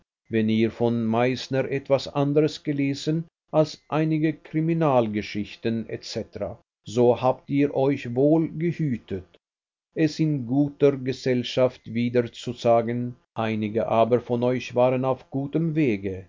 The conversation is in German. wenn ihr von meißner etwas anderes gelesen als einige kriminalgeschichten c so habt ihr euch wohl gehütet es in guter gesellschaft wiederzusagen einige aber von euch waren auf gutem wege